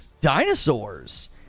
dinosaurs